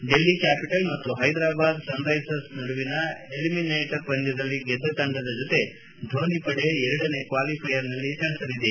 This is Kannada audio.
ಡೆಲ್ಲಿ ಕ್ಕಾಪಿಟಲ್ ಮತ್ತು ಹೈದರಾಬಾದ್ ಸನ್ರೈಸರ್ಸ್ ನಡುವಿನ ಎಲಿಮಿನೇಟರ್ ಪಂದ್ಯದಲ್ಲಿ ಗೆದ್ದ ತಂಡದ ಜೊತೆ ಧೋನಿ ಪಡೆ ಎರಡನೇ ಕ್ವಾಲಿಫ್ಟೆಯರ್ನಲ್ಲಿ ಸೆಣಸಲಿದೆ